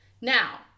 now